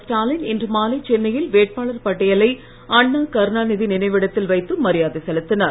ஸ்டாலின் இன்று மாலை சென்னையில் வேட்பாளர் பட்டியலை அண்ணா கருணாநிதி நினைவிடத்தில் வைத்து மரியாதை செலுத்தினார்